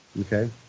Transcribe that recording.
Okay